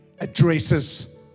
addresses